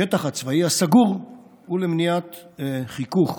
השטח הצבאי הסגור הוא למניעת חיכוך.